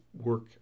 work